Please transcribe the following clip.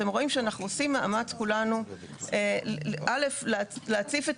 אתם רואים שכולנו עושים מאמץ להציף את